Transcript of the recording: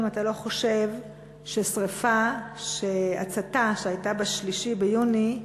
האם אתה לא חושב שהצתה שהייתה ב-3 ביוני,